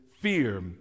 fear